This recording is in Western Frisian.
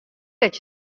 dat